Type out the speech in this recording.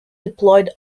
deployed